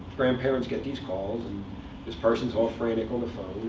grandparents get these calls. and this person's all frantic on the phone.